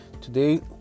Today